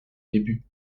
début